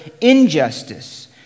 injustice